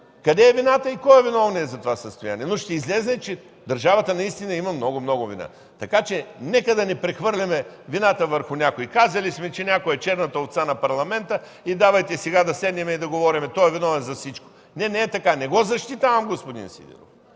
къде е вината и кой е виновният за това състояние! Но ще излезе, че държавата наистина има много, много вина. Така че нека да не прехвърляме вината върху някого. Казали сме, че някой е черната овца на Парламента, давайте сега да седнем и да говорим – той е виновен за всичко. Не, не е така. Не защитавам господин Сидеров,